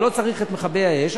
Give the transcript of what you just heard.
ולא צריך את מכבי האש,